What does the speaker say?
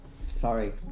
sorry